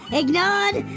ignored